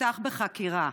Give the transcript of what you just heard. תפתח בחקירה".